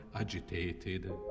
agitated